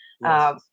Yes